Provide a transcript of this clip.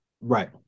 Right